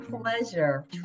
pleasure